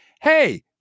hey